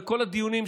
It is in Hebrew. וכל הדיונים,